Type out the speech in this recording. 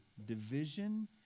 Division